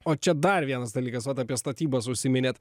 o čia dar vienas dalykas vat apie statybas užsiminėt